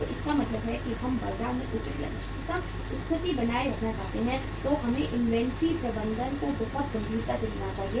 तो इसका मतलब है कि अगर हम बाजार में उचित या इष्टतम स्थिति बनाए रखना चाहते हैं तो हमें इन्वेंट्री प्रबंधन को बहुत गंभीरता से लेना चाहिए